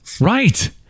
Right